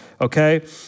Okay